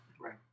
Right